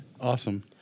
Awesome